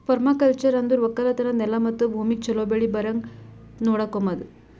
permaculture ಅಂದುರ್ ಒಕ್ಕಲತನದ್ ನೆಲ ಮತ್ತ ಭೂಮಿಗ್ ಛಲೋ ಬೆಳಿ ಬರಂಗ್ ನೊಡಕೋಮದ್